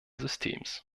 systems